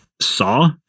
saw